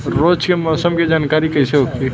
रोज के मौसम के जानकारी कइसे होखि?